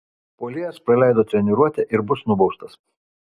puolėjas praleido treniruotę ir bus nubaustas